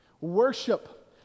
Worship